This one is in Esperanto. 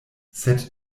sed